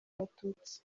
abatutsi